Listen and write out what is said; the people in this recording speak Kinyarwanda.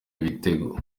ibitego